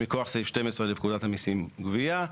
שמכוח סעיף 12 לפקודת המיסים (גבייה),